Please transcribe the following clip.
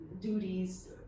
duties